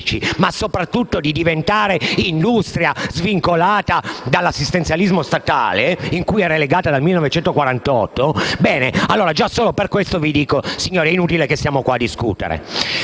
bisogno di diventare industria svincolata dall'assistenzialismo statale cui è legata dal 1948. Bene, già solo per questo vi dico: signori, è inutile stare qui a discutere.